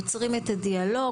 יוצרים את הדיאלוג,